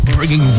Bringing